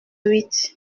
huit